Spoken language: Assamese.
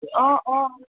অঁ অঁ